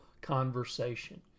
conversation